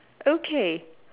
okay